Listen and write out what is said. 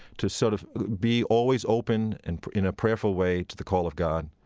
to sort of be always open and in a prayerful way to the call of god,